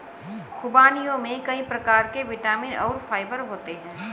ख़ुबानियों में कई प्रकार के विटामिन और फाइबर होते हैं